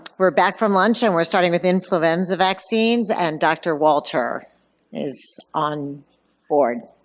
we're back from lunch and we're starting with influenza vaccines and dr. walter is on board.